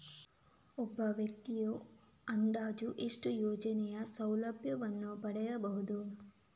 ಒಬ್ಬ ವ್ಯಕ್ತಿಯು ಅಂದಾಜು ಎಷ್ಟು ಯೋಜನೆಯ ಸೌಲಭ್ಯವನ್ನು ಪಡೆಯಬಹುದು?